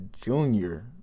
junior